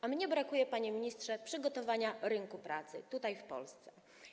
A mnie brakuje, panie ministrze, przygotowania rynku pracy tutaj, w Polsce.